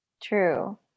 True